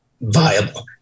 viable